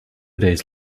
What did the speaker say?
days